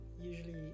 usually